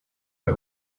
bei